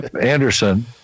Anderson